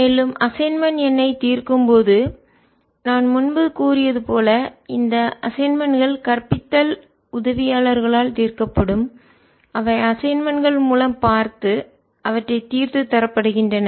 மேலும் அசைன்மென்ட் எண் ஐ தீர்க்கும் போது நான் முன்பு கூறியது போல இந்த அசைன்மென்ட் கள் கற்பித்தல் உதவியாளர்களால் தீர்க்கப்படும் அவை அசைன்மென்ட் கள் மூலம் பார்த்து அவற்றைத் தீர்த்து தரப்படுத்துகின்றன